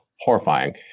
horrifying